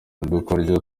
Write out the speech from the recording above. udukoryo